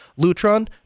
Lutron